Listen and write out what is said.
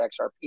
XRP